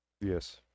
Yes